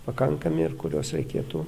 pakankami ir kuriuos reikėtų